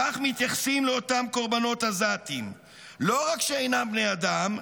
כך מתייחסים לאותם קורבנות עזתיים; לא רק שאינם בני אדם,